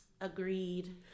Agreed